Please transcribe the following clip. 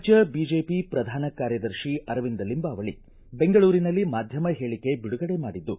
ರಾಜ್ಯ ಬಿಜೆಪಿ ಪ್ರಧಾನ ಕಾರ್ಯದರ್ಶಿ ಅರವಿಂದ ಲಿಂಬಾವಳಿ ಬೆಂಗಳೂರಿನಲ್ಲಿ ಮಾಧ್ಯಮ ಹೇಳಕೆ ಬಿಡುಗಡೆ ಮಾಡಿದ್ದು